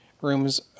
rooms